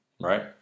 Right